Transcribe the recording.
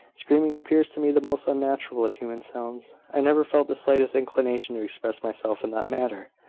screaming appears to me the most unnatural of human sounds. i never felt the slightest inclination to express myself in that manner.